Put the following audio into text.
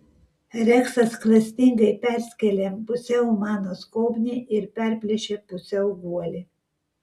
reksas klastingai perskėlė pusiau mano skobnį ir perplėšė pusiau guolį